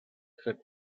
fet